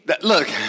look